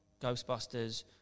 Ghostbusters